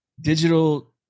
digital